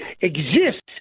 exists